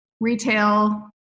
retail